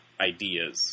ideas